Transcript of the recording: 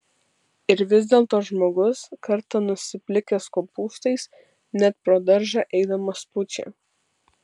ir vis dėlto žmogus kartą nusiplikęs kopūstais net pro daržą eidamas pučia